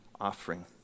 offering